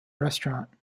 restaurant